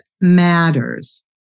Matters